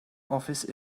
office